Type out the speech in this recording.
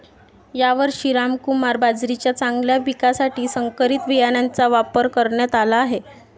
यावर्षी रामकुमार बाजरीच्या चांगल्या पिकासाठी संकरित बियाणांचा वापर करण्यात आला आहे